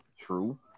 true